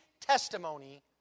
testimony